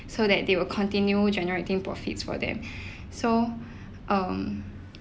so that they will continue generating profits for them so um